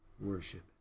worship